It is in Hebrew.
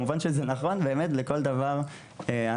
מובן שזה נכון באמת לכל דבר אחר.